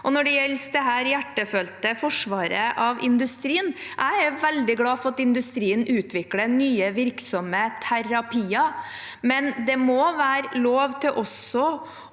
Når det gjelder det hjertefølte forsvaret av industrien: Jeg er veldig glad for at industrien utvikler nye virksomme terapier, men det må være lov til også